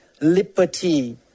liberty